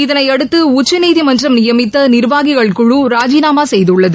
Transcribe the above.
இதனயைடுத்து உச்சநீதிமன்றம் நியமித்த நிர்வாகிகள் குழு ராஜினாமா செய்துள்ளது